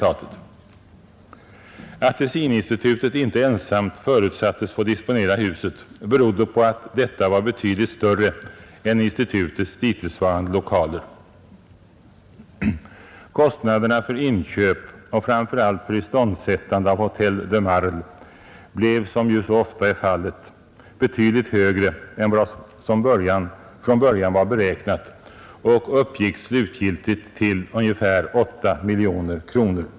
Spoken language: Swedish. Att Tessininstitutet inte ensamt förutsattes få disponera huset berodde på att detta var betydligt större än institutets dittillsvarande lokaler. Kostnaderna för inköp och framför allt för iståndsättande av Hötel de Marle blev — som ju så ofta är fallet — betydligt högre än vad som från början var beräknat och uppgick slutgiltigt till ungefär 8 miljoner kronor.